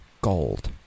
Gold